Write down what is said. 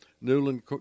Newland